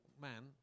man